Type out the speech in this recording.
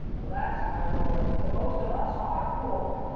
alas, my lord, the most of us are poor!